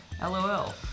LOL